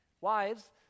Wives